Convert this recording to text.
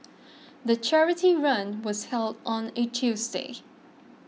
the charity run was held on a Tuesday